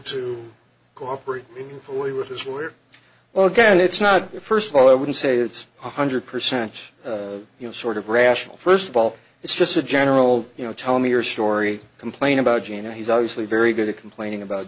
to cooperate fully with his where well again it's not there first of all i wouldn't say it's one hundred percent you know sort of rational first of all it's just a general you know tell me your story complain about jena he's obviously very good at complaining about